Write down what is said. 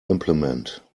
implement